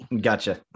Gotcha